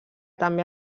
també